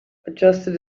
adjusted